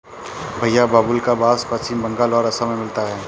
भईया बाबुल्का बास पश्चिम बंगाल और असम में मिलता है